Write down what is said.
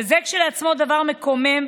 וזה כשלעצמו דבר מקומם,